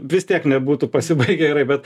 vis tiek nebūtų pasibaigę gerai bet